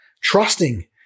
trusting